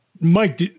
Mike